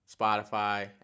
Spotify